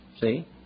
See